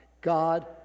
God